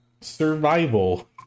Survival